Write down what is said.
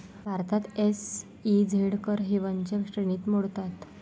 भारतात एस.ई.झेड कर हेवनच्या श्रेणीत मोडतात